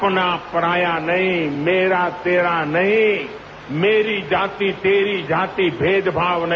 अपना पराया नहीं मेरा तेरा नहीं मेरी जाति तेरी जाति भेदभाव नहीं